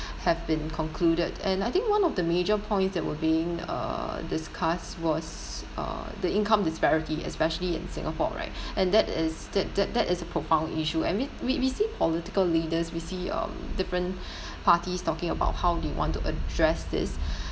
have been concluded and I think one of the major points that were being uh discussed was uh the income disparity especially in Singapore right and that is that that that is a profound issue I mean we we see political leaders we see um different parties talking about how they want to address this